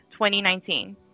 2019